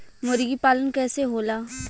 मुर्गी पालन कैसे होला?